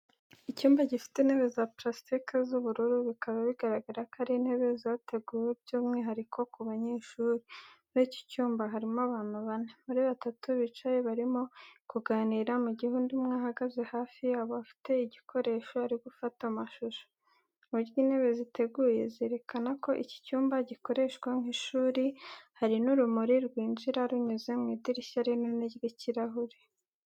Icyumba gifite intebe za purasitiki z'ubururu, bikaba bigaragara ko ari intebe zateguwe by’umwihariko ku banyeshuri. Muri iki cyumba harimo abantu bane, muri batatu bicaye barimo kuganira, mu gihe undi umwe ahagaze hafi yabo afite igikoresho ari gufata amashusho. Uburyo intebe ziteguye zerekana ko iki cyumba gikoreshwa nk’ishuri. Hari n’urumuri rwinjira runyuze mu idirishya rinini ry’ikirahure.